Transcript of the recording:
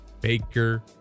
Baker